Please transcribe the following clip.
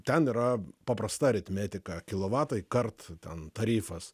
ten yra paprasta aritmetika kilovatai kart ten tarifas